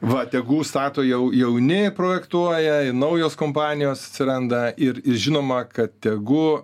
va tegu stato jau jauni projektuoja ir naujos kompanijos atsiranda ir ir žinoma kad tegu